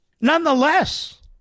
Nonetheless